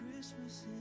Christmas